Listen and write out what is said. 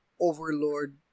overlord